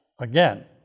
again